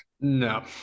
no